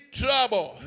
trouble